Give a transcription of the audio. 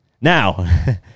Now